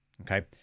okay